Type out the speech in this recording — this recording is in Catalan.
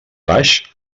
baix